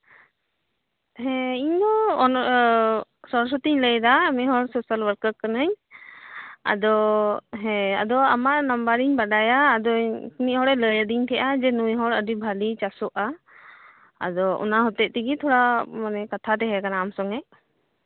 ᱦᱮᱸ ᱤᱧᱫᱚ ᱥᱚᱨᱚᱥᱚᱛᱤᱧ ᱞᱟᱹᱭᱫᱟ ᱢᱤᱫ ᱦᱚᱲ ᱥᱳᱥᱟᱞ ᱚᱣᱟᱨᱠᱟᱨ ᱠᱟᱹᱱᱟᱹᱧ ᱟᱫᱚ ᱦᱮᱸ ᱟᱫᱚ ᱟᱢᱟᱜ ᱱᱟᱢᱵᱟᱨᱤᱧ ᱵᱟᱰᱟᱭᱟ ᱢᱤᱫ ᱦᱚᱲᱮᱭ ᱞᱟᱹᱭᱟᱫᱤᱧ ᱛᱟᱦᱮᱸᱜᱼᱮ ᱱᱩᱭ ᱦᱚᱲ ᱟᱹᱰᱤ ᱵᱷᱟᱹᱜᱤᱭ ᱪᱟᱥᱚᱜᱼᱟ ᱟᱫᱚ ᱚᱱᱟ ᱦᱚᱛᱮᱡ ᱛᱮᱜᱮ ᱛᱷᱚᱲᱟ ᱠᱟᱛᱷᱟ ᱛᱟᱦᱮᱸᱠᱟᱱᱟ ᱟᱢ ᱥᱚᱸᱜᱮ